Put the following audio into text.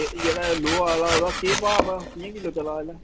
ते जेह्ड़ा लोहा ओहदा केह् भाव किया चला दा इसलै